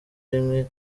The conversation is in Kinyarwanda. rimwe